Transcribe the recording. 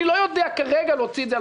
אני לא יודע כרגע להוציא את זה.